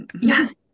yes